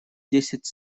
десять